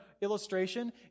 illustration